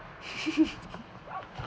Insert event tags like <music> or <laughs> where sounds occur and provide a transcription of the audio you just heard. <laughs>